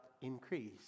increase